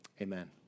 amen